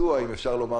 או